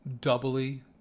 doubly